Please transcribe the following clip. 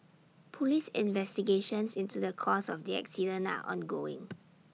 Police investigations into the cause of the accident now ongoing